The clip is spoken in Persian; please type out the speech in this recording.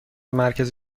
مرکز